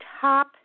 top